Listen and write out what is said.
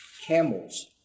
camels